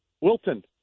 Wilton